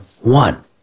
one